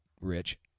Rich